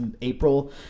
April –